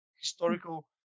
historical